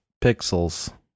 pixels